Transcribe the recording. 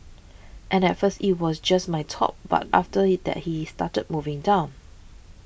and at first it was just my top but after that he started moving down